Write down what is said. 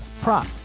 prop